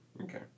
Okay